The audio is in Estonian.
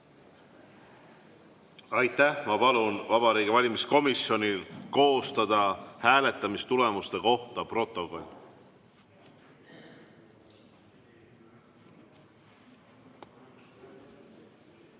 Aitäh! Ma palun Vabariigi Valimiskomisjonil koostada hääletamistulemuste kohta protokoll. Head